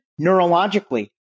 neurologically